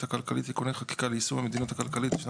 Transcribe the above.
הכלכלית (תיקוני חקיקה ליישום המדיניות הכלכלית לשנות